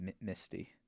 misty